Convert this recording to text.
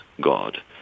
God